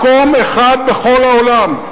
מקום אחד בכל העולם.